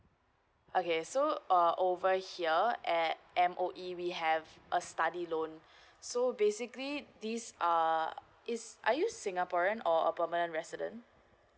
okay so uh over here at M_O_E we have a study loan so basically this uh is are you singaporean or a permanent resident